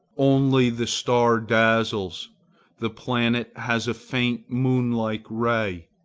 only the star dazzles the planet has a faint, moon-like ray.